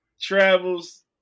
travels